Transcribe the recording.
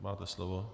Máte slovo.